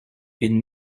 une